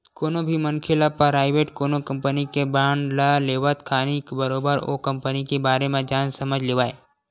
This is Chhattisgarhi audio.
कोनो भी मनखे ल पराइवेट कोनो कंपनी के बांड ल लेवत खानी बरोबर ओ कंपनी के बारे म जान समझ लेवय